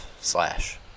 slash